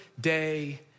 day